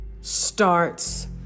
starts